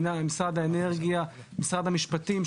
משרד האנרגיה ומשרד המשפטים,